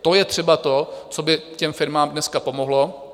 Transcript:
To je třeba to, co by těm firmám dneska pomohlo.